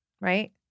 right